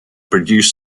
produce